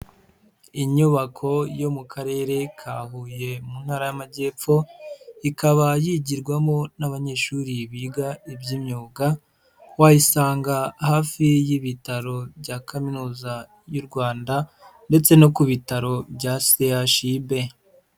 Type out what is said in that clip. Inyubako yo mu karere ka Huye mu ntara y'amajyepfo, ikaba yigirwamo n'abanyeshuri biga iby'imyuga, wayisanga hafi y'ibitaro bya Kaminuza y'u Rwanda ndetse no ku bitaro bya CHUB.